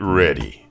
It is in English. ready